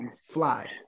fly